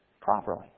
properly